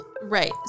Right